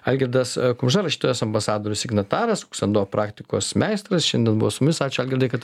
algirdas kumža rašytojos ambasadorius signataras kuksando praktikos meistras šiandien buvo su mumis ačiū algirdai kad